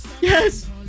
Yes